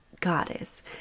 goddess